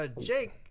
Jake